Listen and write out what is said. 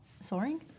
Soaring